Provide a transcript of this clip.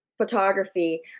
Photography